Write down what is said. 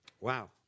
Wow